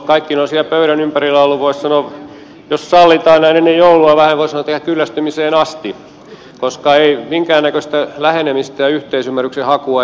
kaikki ne ovat siellä pöydän ympärillä olleet voisi sanoa jos sallitaan näin ennen joulua ihan kyllästymiseen asti koska minkäännäköistä lähenemistä ja yhteisymmärryksen hakua ei ole ollut